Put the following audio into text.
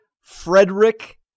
Frederick